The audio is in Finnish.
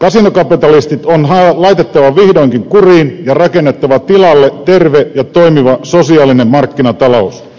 kasinokapitalistit on laitettava vihdoinkin kuriin ja rakennettava tilalle terve ja toimiva sosiaalinen markkinatalous